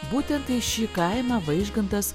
būtent į šį kaimą vaižgantas